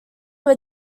were